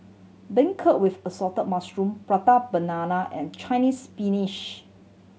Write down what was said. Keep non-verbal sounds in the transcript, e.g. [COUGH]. beancurd with assorted mushroom Prata Banana and Chinese [UNINTELLIGIBLE]